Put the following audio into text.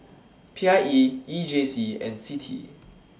P I E E J C and CITI